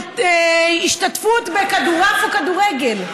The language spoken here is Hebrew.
על השתתפות בכדורעף או כדורגל.